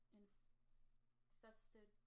infested